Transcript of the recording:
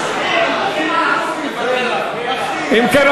אם כן,